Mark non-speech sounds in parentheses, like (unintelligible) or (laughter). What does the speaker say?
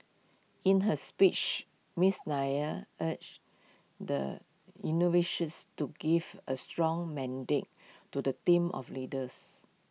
in her speech miss Nair urged the (unintelligible) to give A strong mandate to the team of leaders